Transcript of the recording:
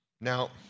Now